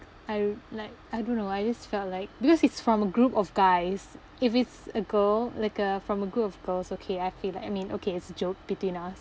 I don~ like I don't know I just felt like because it's from a group of guys if it's a girl like a from a group of girls okay I feel I mean okay it's a joke between us